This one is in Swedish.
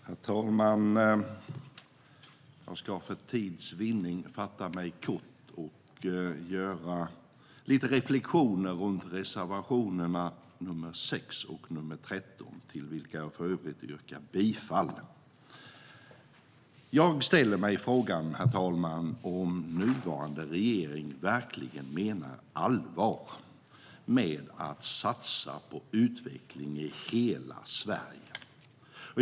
Herr talman! Jag ska för tids vinnande fatta mig kort och göra lite reflektioner runt reservationerna nr 6 och nr 13, till vilka jag för övrigt yrkar bifall. Jag ställer mig frågan, herr talman, om nuvarande regering verkligen menar allvar med att satsa på utveckling i hela Sverige.